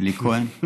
אלי כהן,